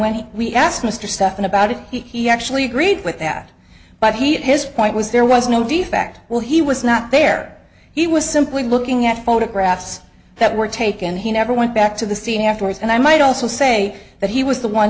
when we asked mr stephan about it he actually agreed with that but he had his point was there was no defect well he was not there he was simply looking at photographs that were taken he never went back to the scene afterwards and i might also say that he was the one